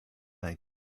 mae